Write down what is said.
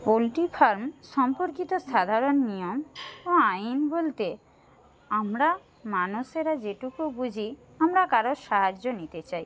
poultry farm সম্পর্কিত সাধারণ নিয়ম ও আইন বলতে আমরা মানুষেরা যেটুকু বুঝি আমরা কারোর সাহায্য নিতে চাই